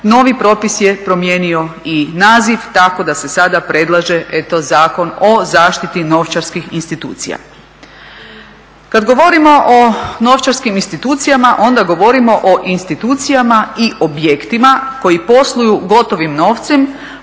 novi propis je promijenio i naziv tako da se sada predlaže eto Zakon o zaštiti novčarskih institucija. Kad govorimo o novčarskim institucijama onda govorimo o institucijama i objektima koji posluju gotovim novcem,